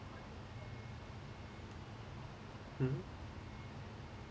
hmm